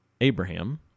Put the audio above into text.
Abraham